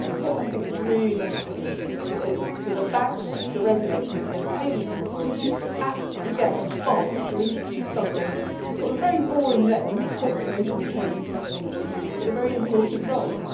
what i think could really make a difference is for the banks, the regulators, and the payments authorities to act together fast to introduce something which has got a very boring name, confirmation of payee technology, but a very important role.